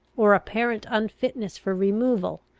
or apparent unfitness for removal,